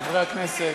חברי הכנסת,